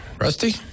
Rusty